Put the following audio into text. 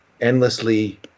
Endlessly